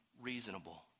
reasonable